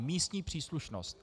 Místní příslušnost.